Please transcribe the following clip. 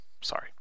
Sorry